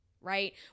right